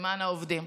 למען העובדים.